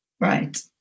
right